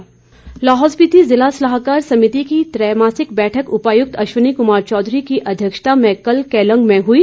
बैठक लाहौल स्पिति ज़िला सलाहकार समिति की त्रैमासिक बैठक उपायुक्त अश्वनी कुमार चौधरी की अध्यक्षता में कल केलंग में हुई